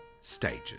Stages